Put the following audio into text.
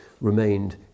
remained